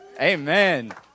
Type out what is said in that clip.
Amen